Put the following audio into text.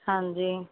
ਹਾਂਜੀ